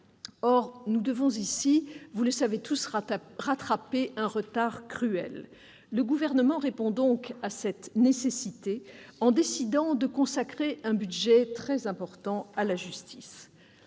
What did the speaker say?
Or nous devons, en la matière, rattraper un retard cruel. Le Gouvernement répond donc à cette nécessité en décidant de consacrer un budget très important à la justice.